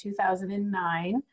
2009